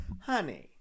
honey